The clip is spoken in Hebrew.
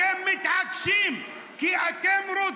אתם מתעקשים,